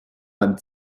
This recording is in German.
beim